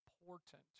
important